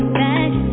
back